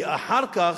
כי אחר כך,